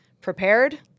prepared